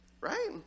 right